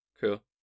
Cool